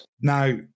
Now